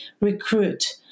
recruit